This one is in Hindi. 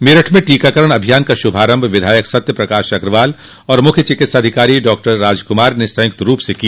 मेरठ में टीकाकरण अभियान का श्रभारम्भ विधायक सत्यप्रकाश अग्रवाल और मुख्य चिकित्साधिकारी डॉक्टर राजकुमार ने संयुक्त रूप से किया